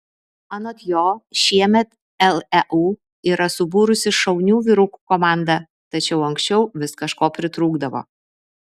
anot jo šiemet leu yra subūrusi šaunių vyrukų komandą tačiau anksčiau vis kažko pritrūkdavo